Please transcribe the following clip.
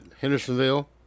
Hendersonville